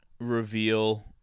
reveal